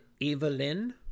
Evelyn